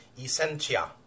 essentia